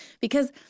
because-